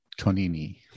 Tonini